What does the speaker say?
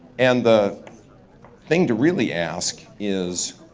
and the thing to really ask is,